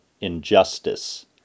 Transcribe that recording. injustice